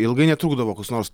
ilgai netrukdavo koks nors